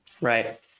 Right